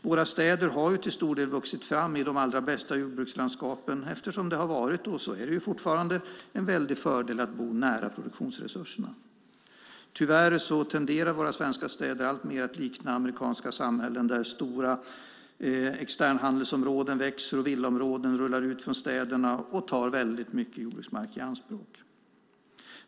Våra städer har till stor del vuxit fram i de allra bästa jordbrukslandskapen eftersom det har varit - och så är det fortfarande - en fördel att bo nära produktionsresurserna. Tyvärr tenderar våra svenska städer att alltmer likna amerikanska samhällen där stora externhandelsområden växer och villaområden rullar ut från städerna och tar mycket jordbruksmark i anspråk.